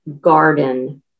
garden